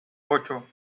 ocho